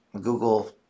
Google